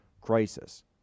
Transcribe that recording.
crisis